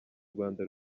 rwanda